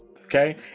Okay